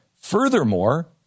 Furthermore